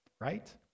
right